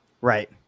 Right